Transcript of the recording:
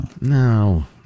No